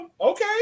Okay